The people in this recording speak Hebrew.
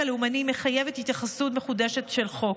לאומני מחייבת התייחסות מחודשת של החוק.